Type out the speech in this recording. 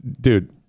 dude